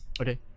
Okay